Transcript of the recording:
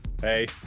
hey